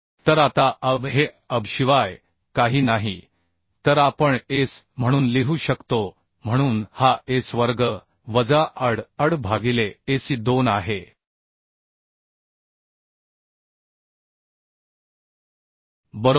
तर आता AB हे AB शिवाय काही नाही तर आपण S म्हणून लिहू शकतो म्हणून हा S वर्ग वजा AD AD भागिले AC 2 आहे बरोबर